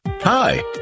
Hi